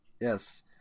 Yes